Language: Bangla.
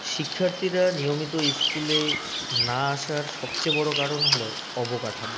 শিক্ষার্থীরা নিয়মিত স্কুলে না আসার সবচেয়ে বড় কারণ হল অবকাঠামো